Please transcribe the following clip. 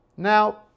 Now